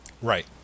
Right